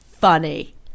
funny